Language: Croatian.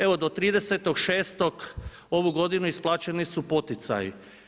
Evo do 30.06. ovu godinu isplaćeni su poticaji.